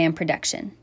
production